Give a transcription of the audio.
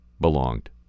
belonged